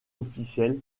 officielles